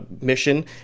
mission